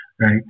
right